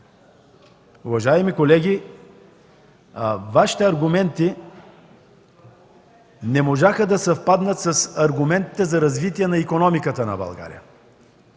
Уважаеми колеги, Вашите аргументи не можаха да съвпаднат с аргументите за развитие на икономиката на България.